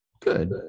Good